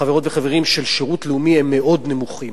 חברות וחברים, של שירות לאומי, הם מאוד נמוכים.